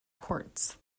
courts